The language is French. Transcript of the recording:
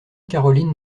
caroline